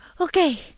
Okay